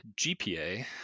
GPA